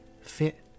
fit